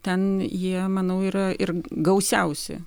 ten jie manau yra ir gausiausi